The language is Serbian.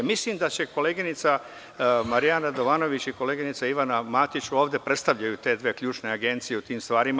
Mislim da koleginica Marijana Radovanović i koleginica Ivana Matić ovde predstavljaju te dve ključne agencije u tim stvarima.